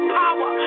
power